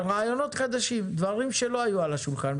ורעיונות חדשים, דברים שלא היו על השולחן.